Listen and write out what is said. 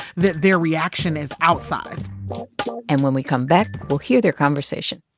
that their reaction is outsized and when we come back, we'll hear their conversation